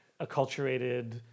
acculturated